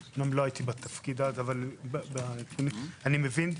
למנגנון של תמיכה לשם שינוי פעילות והתאמה,